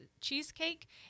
Cheesecake